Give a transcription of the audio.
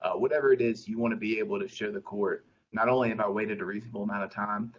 ah whatever it is you want to be able to show the court not only have i waited a reasonable amount of time,